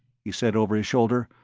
he said over his shoulder,